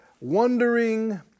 wondering